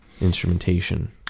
instrumentation